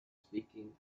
speaking